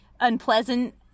unpleasant